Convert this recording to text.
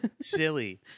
silly